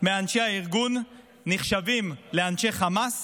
מאנשי הארגון, נחשבים לאנשי חמאס